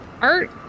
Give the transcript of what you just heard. art